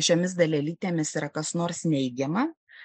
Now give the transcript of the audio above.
šiomis dalelytėmis yra kas nors neigiama